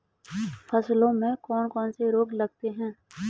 फसलों में कौन कौन से रोग लगते हैं?